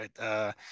right